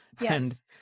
Yes